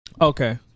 Okay